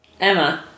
Emma